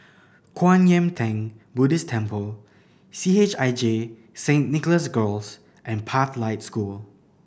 Kwan Yam Theng Buddhist Temple C H I J Saint Nicholas Girls and Pathlight School